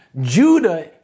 Judah